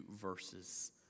verses